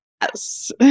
Yes